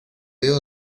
veo